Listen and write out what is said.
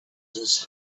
his